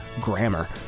grammar